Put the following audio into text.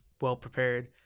well-prepared